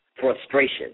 frustration